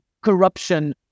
corruption